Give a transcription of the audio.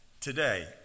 today